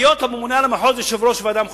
בהיות הממונה על המחוז יושב-ראש ועדה מחוזית,